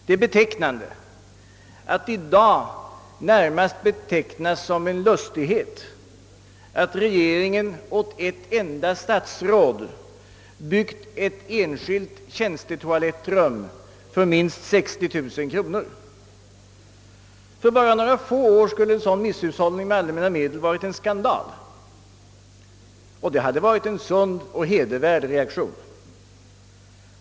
Det är betecknande att det i dag närmast betraktas som en lustighet att regeringen åt ett enda statsråd byggt ett enskilt tjänstetoalettrum för minst 60 000 kronor. För bara några få år sedan skulle sådan misshushållning med allmänna medel ha varit en skandal. Detta hade varit en sund reaktion.